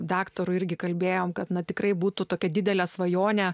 daktaru irgi kalbėjome kad na tikrai būtų tokią didelę svajonę